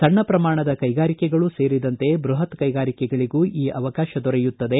ಸಣ್ಣ ಪ್ರಮಾಣದ ಕೈಗಾರಿಕೆಗಳು ಸೇರಿದಂತೆ ಬೃಪತ್ ಕೈಗಾರಿಕೆಗಳಿಗೂ ಈ ಅವಕಾಶ ದೊರೆಯುತ್ತದೆ